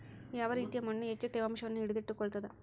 ಯಾವ ರೇತಿಯ ಮಣ್ಣು ಹೆಚ್ಚು ತೇವಾಂಶವನ್ನು ಹಿಡಿದಿಟ್ಟುಕೊಳ್ತದ?